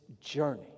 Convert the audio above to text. journey